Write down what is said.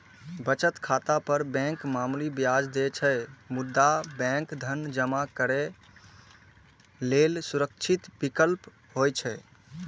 बचत खाता पर बैंक मामूली ब्याज दै छै, मुदा बैंक धन जमा करै लेल सुरक्षित विकल्प होइ छै